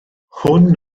hwn